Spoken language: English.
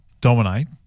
dominate